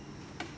ah